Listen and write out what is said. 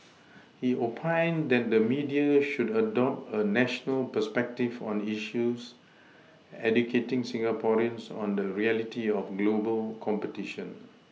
he oPined that the media should adopt a national perspective on issues educating Singaporeans on the reality of global competition